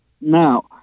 now